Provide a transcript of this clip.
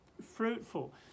fruitful